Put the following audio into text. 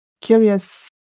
curious